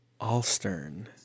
Alstern